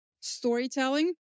storytelling